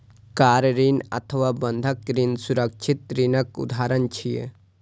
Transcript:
car ऋण अथवा बंधक ऋण सुरक्षित ऋणक उदाहरण छियै